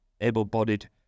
able-bodied